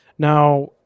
Now